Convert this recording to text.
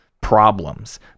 problems